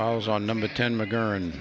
i was on number ten mcgovern